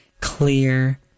clear